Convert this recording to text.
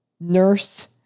nurse